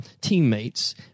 teammates